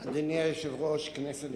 אדוני היושב-ראש, כנסת נכבדה,